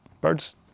birds